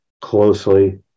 closely